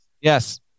Yes